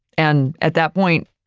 and at that point,